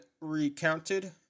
recounted